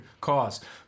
cause